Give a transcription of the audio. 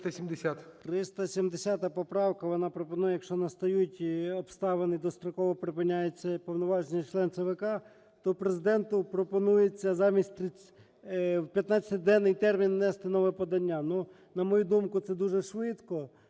370 поправка. Вона пропонує, якщо настають обставини достроково припиняються повноваження членів ЦВК, то Президенту пропонується в 15-денний термін внести нове подання. Ну на мою думку, це дуже швидко.